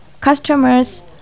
Customers